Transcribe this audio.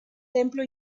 templo